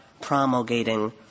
promulgating